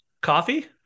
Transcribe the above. coffee